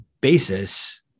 basis